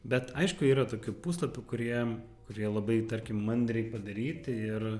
bet aišku yra tokių puslapių kurie kurie labai tarkim mandriai padaryti ir